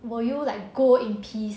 will you like go in peace